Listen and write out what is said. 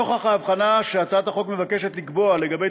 נוכח ההבחנה שהצעת החוק מבקשת לקבוע לגבי